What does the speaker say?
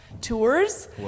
Tours